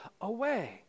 away